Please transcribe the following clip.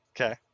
Okay